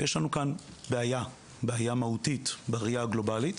יש לנו כאן בעיה מהותית בראיה הגלובלית.